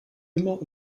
immer